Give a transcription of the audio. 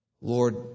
Lord